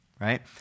right